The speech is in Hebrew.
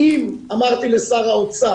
אמרתי לשר האוצר,